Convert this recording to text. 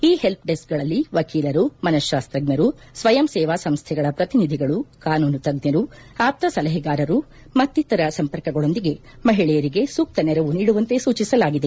ಈ help desk ಗಳಲ್ಲಿ ವಕೀಲರು ಮನಃತಾಸ್ತಜ್ಞರು ಸ್ವಯಂ ಸೇವಾ ಸಂಸ್ಥೆಗಳ ಪ್ರತಿನಿಧಿಗಳು ಕಾನೂನು ತಜ್ಞರು ಆಪ್ತ ಸಲಹೆಗಾರರು ಮತ್ತಿತರರ ಸಂಪರ್ಕಗಳೊಂದಿಗೆ ಮಹಿಳೆಯರಿಗೆ ಸೂಕ್ಷ ನೆರವು ನೀಡುವಂತೆ ಸೂಚಿಸಲಾಗಿದೆ